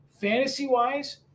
fantasy-wise